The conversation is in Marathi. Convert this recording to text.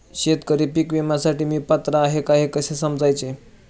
शेतकरी पीक विम्यासाठी मी पात्र आहे हे कसे समजायचे?